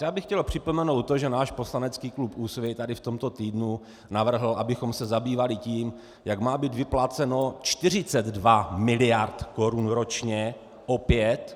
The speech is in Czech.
Já bych chtěl připomenout to, že náš poslanecký klub Úsvit v tomto týdnu navrhl, abychom se zabývali tím, jak má být vypláceno 42 mld. korun ročně opět.